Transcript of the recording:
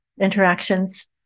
Interactions